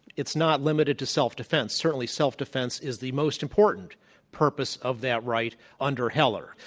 it's not limited to self-defense. certainly self-defense is the most important purpose of that right under heller.